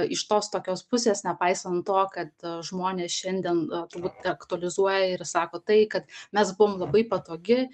iš tos tokios pusės nepaisant to kad žmonės šiandien turbūt aktualizuoja ir sako tai kad mes buvom labai patogi